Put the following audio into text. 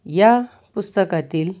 या पुस्तकातील